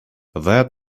that